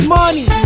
money